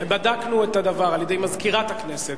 בדקנו את הדבר על-ידי מזכירת הכנסת,